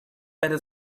better